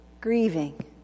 grieving